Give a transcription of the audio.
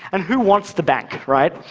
and who wants the bank, right?